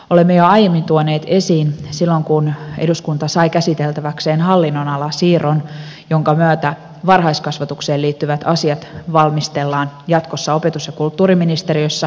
olemme jo aiemmin tuoneet tämän esiin silloin kun eduskunta sai käsiteltäväkseen hallinnonalasiirron jonka myötä varhaiskasvatukseen liittyvät asiat valmistellaan jatkossa opetus ja kulttuuriministeriössä